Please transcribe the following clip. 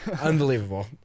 Unbelievable